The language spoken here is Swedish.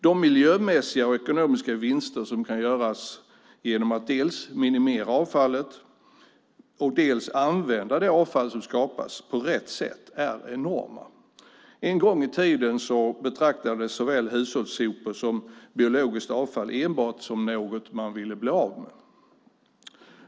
De miljömässiga och ekonomiska vinster som kan göras genom att dels minimera avfallet, dels använda det avfall som skapas på rätt sätt är enorma. En gång i tiden betraktades såväl hushållssopor som biologiskt avfall enbart som något man ville bli av med.